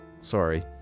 Sorry